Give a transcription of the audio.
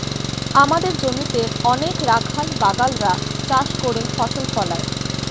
আমাদের জমিতে অনেক রাখাল বাগাল রা চাষ করে ফসল ফলায়